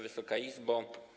Wysoka Izbo!